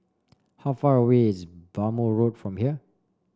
how far away is Bhamo Road from here